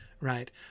right